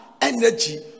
energy